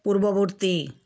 পূর্ববর্তী